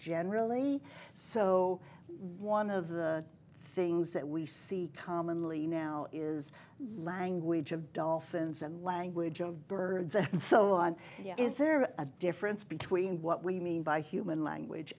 generally so one of the things that we see commonly now is language of dolphins and language of birds and so on is there a difference between what we mean by human language